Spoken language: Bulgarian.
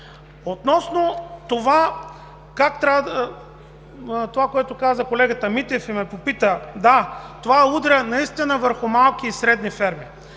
Относно това, което каза колегата Митев и ме попита – да, това удря наистина върху малките и средните ферми.